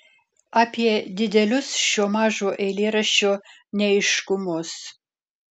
apie didelius šio mažo eilėraščio neaiškumus